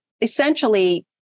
essentially